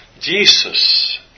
Jesus